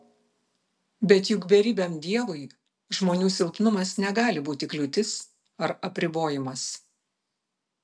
bet juk beribiam dievui žmonių silpnumas negali būti kliūtis ar apribojimas